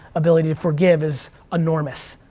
ability to forgive is enormous.